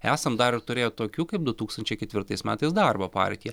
esam dar ir turėję tokių kaip du tūkstančiai ketvirtais metais darbo partija